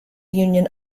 union